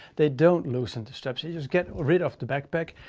they don't loosen the straps. they just get rid of the backpack.